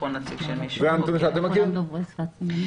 יש אישור.